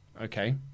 Okay